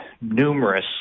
numerous